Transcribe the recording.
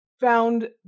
found